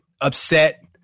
upset